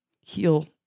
heal